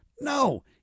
No